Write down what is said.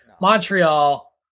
Montreal